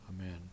Amen